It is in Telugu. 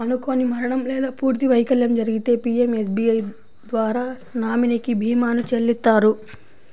అనుకోని మరణం లేదా పూర్తి వైకల్యం జరిగితే పీయంఎస్బీఐ ద్వారా నామినీకి భీమాని చెల్లిత్తారు